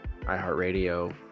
iHeartRadio